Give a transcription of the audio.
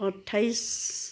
अट्ठाइस